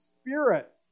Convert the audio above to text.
spirit